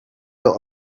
your